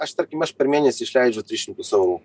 aš tarkim aš per mėnesį išleidžiu tris šimtus eurų